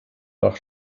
nach